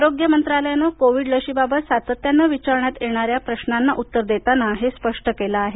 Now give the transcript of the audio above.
आरोग्य मंत्रालयानं कोविड लशीबाबत सातत्यानं विचारण्यात येणाऱ्या प्रश्नांना उत्तर देताना हे स्पष्ट केलं आहे